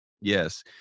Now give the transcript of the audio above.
yes